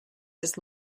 his